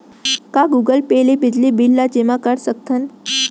का Google Pay ले बिजली बिल ल जेमा कर सकथन?